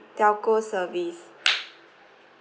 telco service